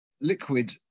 liquid